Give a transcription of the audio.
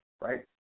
right